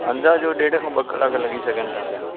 अंदाजो ॾेढ खां ॿ कलाक लॻी सघनि था पिया